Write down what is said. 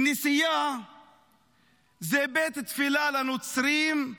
כנסייה זה בית תפילה לנוצרים,